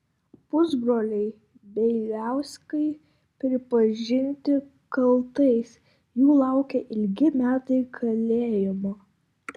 pusbroliai bieliauskai pripažinti kaltais jų laukia ilgi metai kalėjimo